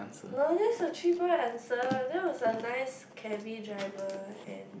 no that's a three point answer that was a nice cabby driver and